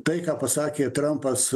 tai ką pasakė trampas